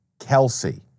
Kelsey